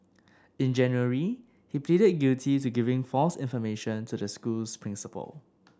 in January he pleaded guilty to giving false information to the school's principal